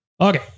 Okay